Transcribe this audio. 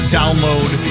download